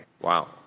Wow